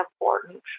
important